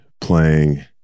playing